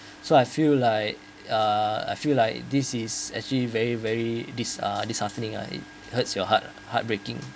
so I feel like uh I feel like this is actually very very dis~ uh disheartening it hurts your heart heartbreaking